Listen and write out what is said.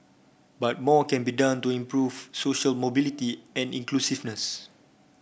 but more can be done to improve social mobility and inclusiveness